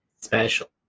Special